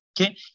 okay